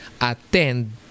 Attend